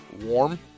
warm